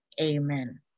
Amen